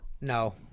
No